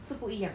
是不一样